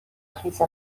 خیز